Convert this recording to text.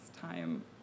time